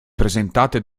presentate